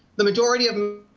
the majority um